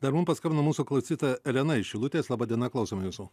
dar mum paskambino mūsų klausytoja elena iš šilutės laba diena klausome jūsų